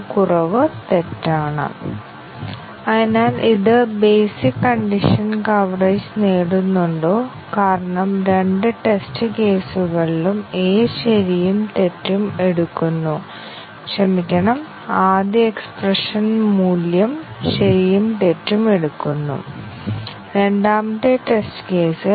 ഒരു കവറേജ് അധിഷ്ഠിത പരിശോധനയിൽ പ്രോഗ്രാം ഘടകങ്ങൾ ഉൾക്കൊള്ളുന്നതിനായി ഞങ്ങൾ ടെസ്റ്റ് കേസുകൾ രൂപകൽപ്പന ചെയ്യുന്നു അതേസമയം ഒരു തെറ്റ് അടിസ്ഥാനമാക്കിയുള്ള പരിശോധനയിൽ ഞങ്ങൾ നിർദ്ദിഷ്ട തരം തകരാറുകൾ ലക്ഷ്യമിടുകയും ആ തെറ്റുകൾ ആ തരത്തിലുള്ള തകരാറുകൾ കണ്ടെത്തിയോ എന്ന് പരിശോധിക്കുകയും ചെയ്യുന്നു